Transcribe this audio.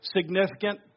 significant